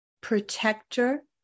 protector